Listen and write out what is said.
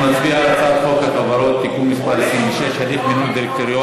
אנחנו נצביע על הצעת חוק החברות (תיקון מס' 26) (הליך מינוי דירקטורים